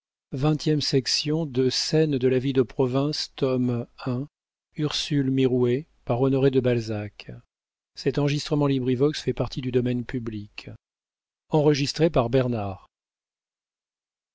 de scène de la vie de province tome i author honoré de balzac